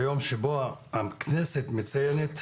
ביום שבו הכנסת מציינת,